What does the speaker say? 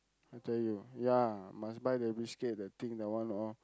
I tell you ya must buy the biscuit the thing that one all